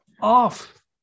off